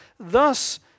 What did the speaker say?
Thus